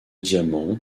diamants